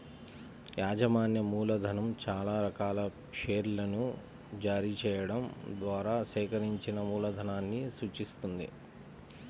యాజమాన్య మూలధనం చానా రకాల షేర్లను జారీ చెయ్యడం ద్వారా సేకరించిన మూలధనాన్ని సూచిత్తది